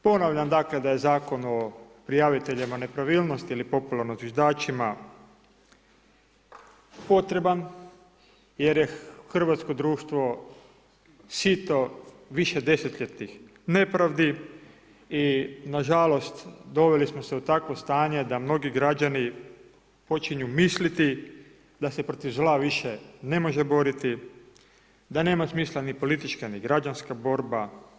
Ponavljam dakle da je Zakon o prijaviteljima nepravilnosti ili popularno zviždačima potreban jer je hrvatsko društvo sito višedesetljetnih nepravdi i nažalost doveli smo se u takvo stanje da mnogi građani počinju misliti da se protiv zla više ne može boriti, da nema smisla ni politička ni građanska borba.